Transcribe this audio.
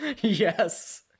Yes